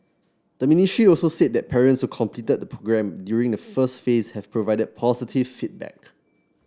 the ministry also said that parents completed the programme during the first phase have provided positive feedback